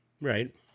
Right